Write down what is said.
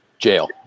Jail